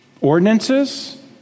ordinances